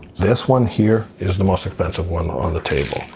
this one here is the most expensive one on the table,